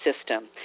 system